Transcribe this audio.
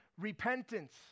repentance